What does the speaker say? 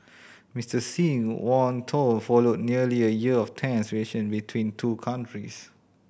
Mister Xi warm tone followed nearly a year of tense relation between two countries